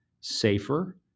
safer